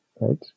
right